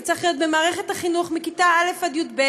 זה צריך להיות במערכת החינוך מכיתה א' עד י"ב,